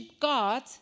God